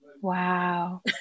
Wow